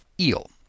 eel